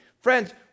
Friends